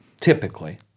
typically